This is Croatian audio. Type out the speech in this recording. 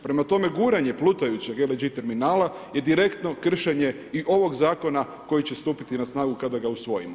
Prema tome, guranje plutajućeg LNG terminala je direktno kršenje i ovog zakona koji će stupiti na snagu kada ga usvojimo.